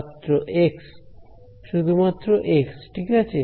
ছাত্র এক্স শুধুমাত্র এক্স ঠিক আছে